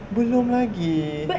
belum lagi